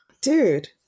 dude